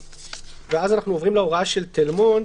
כאן אנחנו עוברים להוראה של תל מונד.